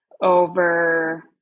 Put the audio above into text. over